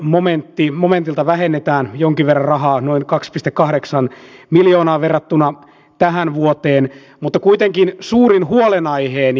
kunnillahan on yleistä toimialaa eli niitä asioita joita kunnat tekevät jotka eivät ole lakisääteisiä eli esimerkiksi elinkeinopolitiikan edistäminen